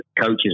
coaches